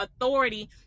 authority